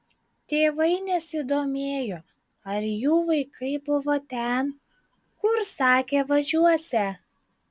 tėvai nesidomėjo ar jų vaikai buvo ten kur sakė važiuosią